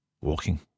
walking